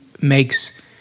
makes